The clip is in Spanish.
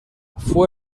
fue